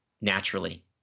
naturally